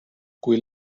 kui